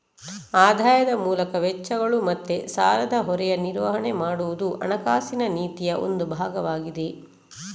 ಆದಾಯದ ಮೂಲಕ ವೆಚ್ಚಗಳು ಮತ್ತೆ ಸಾಲದ ಹೊರೆಯ ನಿರ್ವಹಣೆ ಮಾಡುದು ಹಣಕಾಸಿನ ನೀತಿಯ ಒಂದು ಭಾಗವಾಗಿದೆ